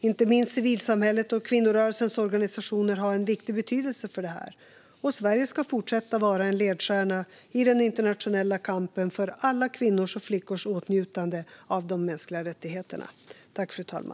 Inte minst civilsamhället och kvinnorörelsens organisationer har en viktig betydelse för detta. Sverige ska fortsätta vara en ledstjärna i den internationella kampen för alla kvinnors och flickors åtnjutande av de mänskliga rättigheterna.